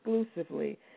exclusively